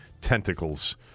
tentacles